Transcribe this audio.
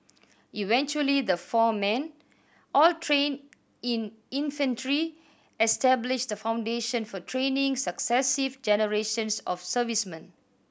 eventually the four men all trained in infantry established the foundation for training successive generations of servicemen